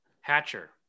Hatcher